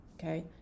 okay